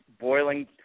boiling